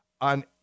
on